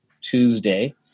Tuesday